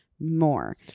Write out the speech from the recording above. More